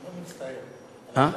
אתה לא מצטער על ה"לשעבר".